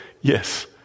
Yes